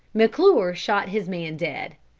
mcclure shot his man dead.